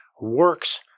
works